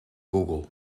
google